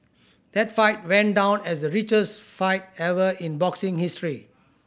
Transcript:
that fight went down as the richest fight ever in boxing history